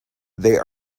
they